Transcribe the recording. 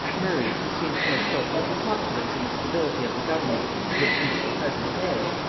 murray, who seems to have felt little confidence in the stability of the government of which he was the present head,